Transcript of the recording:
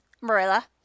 Marilla